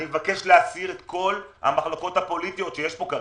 אני מבקש להסיר את כל המחלוקות הפוליטיות שיש פה כרגע.